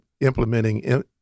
implementing